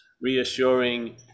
reassuring